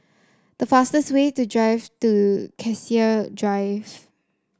the fastest way to drive to Cassia Drive